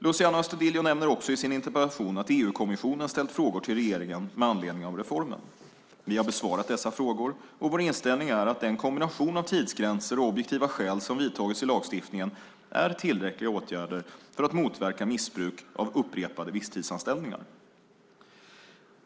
Luciano Astudillo nämner också i sin interpellation att EU-kommissionen har ställt frågor till regeringen med anledning av reformen. Vi har besvarat dessa frågor, och vår inställning är att den kombination av tidsgränser och objektiva skäl som vidtagits i lagstiftningen är tillräckliga åtgärder för att motverka missbruk av upprepade visstidsanställningar.